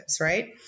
Right